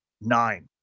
Nine